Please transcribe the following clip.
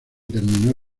terminó